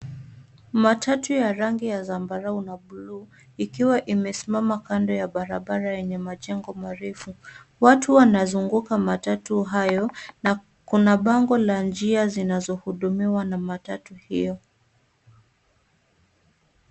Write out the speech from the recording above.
Matatu ya rangi ya zambarau na buluu, ikiwa imesimama kando ya barabara yenye majengo marefu. Watu wanazunguka matatu hayo na kuna bango la njia zinazohudumiwa na matatu hiyo.